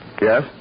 Yes